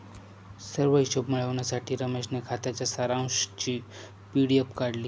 सर्व हिशोब मिळविण्यासाठी रमेशने खात्याच्या सारांशची पी.डी.एफ काढली